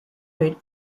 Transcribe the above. rate